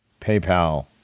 PayPal